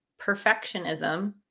perfectionism